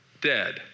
dead